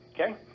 okay